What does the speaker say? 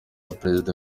perezida